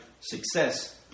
success